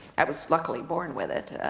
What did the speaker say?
i was, luckily, born with it,